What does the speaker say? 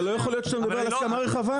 לא יכול להיות שאתה מדבר על הסכמה רחבה,